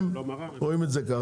הם רואים את זה כך,